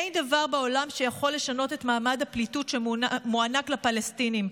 אין דבר בעולם שיכול לשנות את מעמד הפליטות שמוענק לפלסטינים,